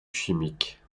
chimiques